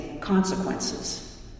consequences